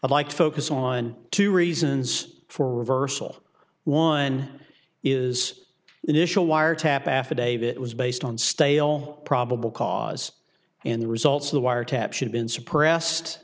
i'd like to focus on two reasons for reversal one is initial wiretap affidavit was based on stale probable cause in the results of the wiretaps had been suppressed